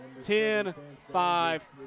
Ten-five